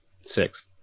Six